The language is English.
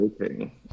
Okay